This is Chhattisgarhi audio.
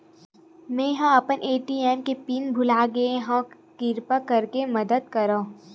मेंहा अपन ए.टी.एम के पिन भुला गए हव, किरपा करके मदद करव